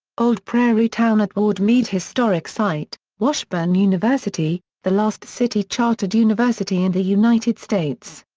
old prairie town at ward-meade historic site washburn university, the last city-chartered university in the united states.